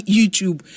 YouTube